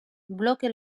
bloke